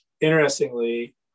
interestingly